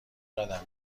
قدم